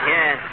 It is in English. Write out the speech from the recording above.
Yes